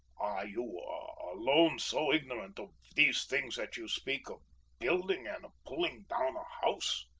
are you alone so ignorant of these things that you speak of building and of pulling down a house?